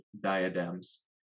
diadems